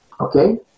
Okay